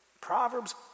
Proverbs